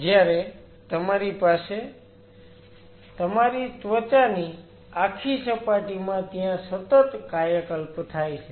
જયારે તમારી પાસે તમારી ત્વચાની આખી સપાટીમાં ત્યાં સતત કાયાકલ્પ થાય છે